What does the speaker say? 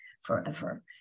forever